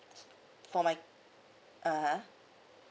for my (uh huh)